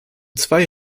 zwei